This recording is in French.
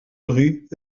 rue